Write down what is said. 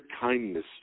kindness